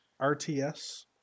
rts